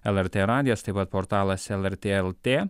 lrt radijas taip pat portalas lrt lt